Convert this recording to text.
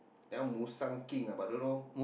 that one musang-king lah but I don't know